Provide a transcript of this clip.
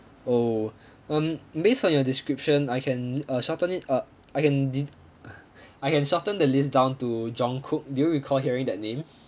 oh um based on your description I can uh shorten it uh I can de~ I can shorten the list down to jong kook do you recall hearing that name